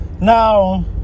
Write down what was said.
Now